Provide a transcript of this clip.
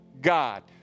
God